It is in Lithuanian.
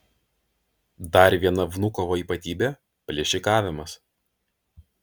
dar viena vnukovo ypatybė plėšikavimas